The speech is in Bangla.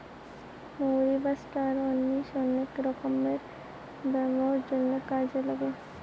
মৌরি বা ষ্টার অনিশ অনেক রকমের ব্যামোর জন্যে কাজে লাগছে